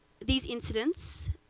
these incidents,